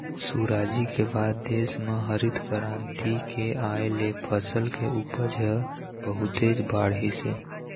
सुराजी के बाद देश म हरित करांति के आए ले फसल के उपज ह बहुतेच बाढ़िस हे